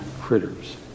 critters